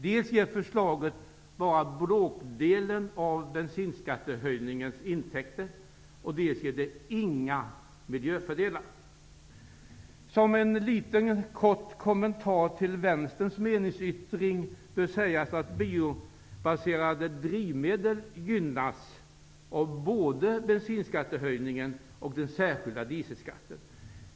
Dels ger förslaget bara bråkdelen av bensinskattehöjningens intäkter, dels ger det inga miljöfördelar. Som en kort kommentar till vänsterns meningsyttring vill jag säga att biobaserade drivmedel gynnas av både bensinskattehöjningen och den särskilda dieselskatten.